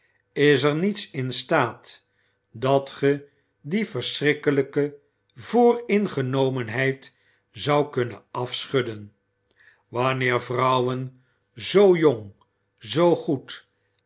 is er niets in staat dat ge die verschrikkelijke vooringenomenheid zoudt kunnen afschudden wanneer vrouwen zoo jong zoo goed